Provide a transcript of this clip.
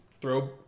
throw